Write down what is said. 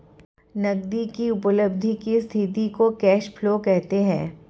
नगदी की उपलब्धि की स्थिति को कैश फ्लो कहते हैं